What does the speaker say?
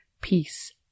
peace